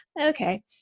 okay